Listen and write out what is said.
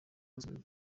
basabwe